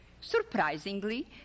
Surprisingly